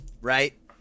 right